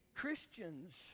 Christians